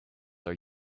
are